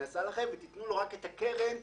רק את הקרן שהייתה.